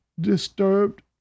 disturbed